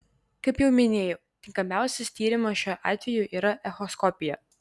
kaip jau minėjau tinkamiausias tyrimas šiuo atveju yra echoskopija